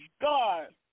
God